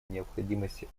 необходимости